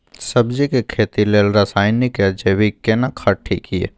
सब्जी के खेती लेल रसायनिक या जैविक केना खाद ठीक ये?